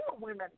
women